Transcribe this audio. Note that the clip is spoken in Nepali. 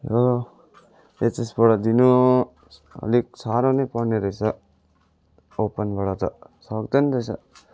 र एचएसबाट दिनु अलिक साह्रो नै पर्ने रहेछ ओपनबाट त सक्दैन रहेछ